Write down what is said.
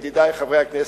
ידידי חברי הכנסת,